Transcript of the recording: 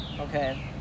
okay